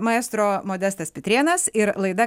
maestro modestas pitrėnas ir laida